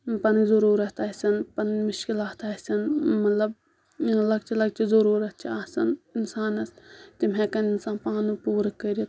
پَنٕنۍ ضروٗرِیات آسَن پَنٕنۍ مُشکِلات آسَن مَطلب لۄکچہِ لۄکچہِ ضروٗرِیات چھ آسان اِنسانس تِم ہٮ۪کن اِنسان پانہٕ پوٗرٕ کٔرِتھ